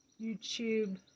YouTube